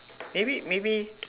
maybe maybe